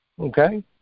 Okay